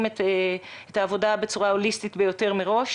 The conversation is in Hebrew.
את העבודה בצורה הוליסטית ביותר מראש.